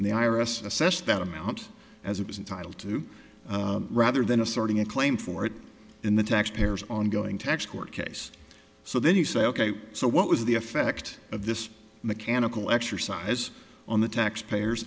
and the i r s assessed that amount as it was entitled to rather than asserting a claim for it in the taxpayer's ongoing tax court case so then you say ok so what was the effect of this mechanical exercise on the taxpayers